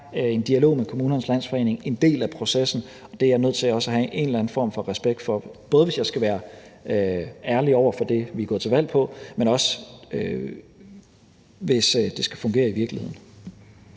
en dialog med Kommunernes Landsforening en del af processen, og det er jeg også nødt til at have en eller anden form for respekt for, både hvis jeg skal være ærlig over for det, som vi er gået til valg på, men også hvis det skal fungere i virkeligheden.